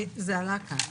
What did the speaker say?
זה עלה כאן.